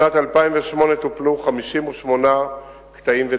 בשנת 2008 טופלו 58 קטעים וצמתים,